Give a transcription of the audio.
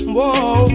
Whoa